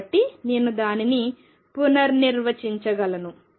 కాబట్టి నేను దానిని పునర్నిర్వచించగలను